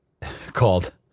called